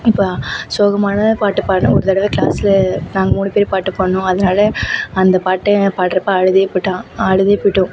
இப்போ சோகமான பாட்டு பாட ஒரு தடவை க்ளாஸில் நாங்கள் மூணு பேர் பாட்டு பாடினோம் அதனால அந்த பாட்டை பாட்றப்போ அழுதேவிட்டான் அழுதேவிட்டோம்